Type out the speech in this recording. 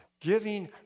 giving